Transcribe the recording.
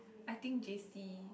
I think j_c